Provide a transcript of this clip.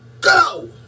go